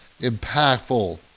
impactful